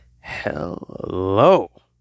hello